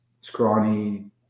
scrawny